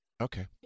Okay